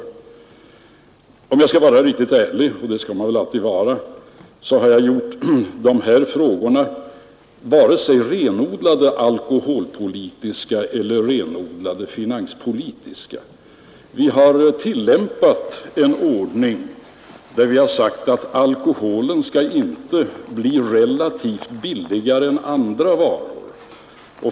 Skall jag vara riktigt ärlig, och det skall man väl alltid vara, betraktar jag dessa frågor varken som renodlat alkoholpolitiska eller som renodlat finanspolitiska. Vi har tillämpat en ordning, där vi har sagt att alkoholen inte skall bli relativt sett billigare än andra varor.